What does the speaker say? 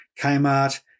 Kmart